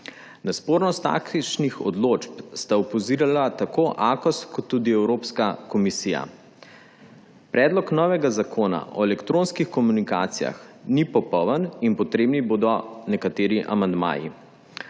Na spornost takšnih odločb sta opozorila tako Akos kot tudi Evropska komisija. Predlog novega zakona o elektronskih komunikacijah ni popoln in potrebni bodo nekateri amandmaji.